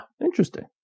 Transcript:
interesting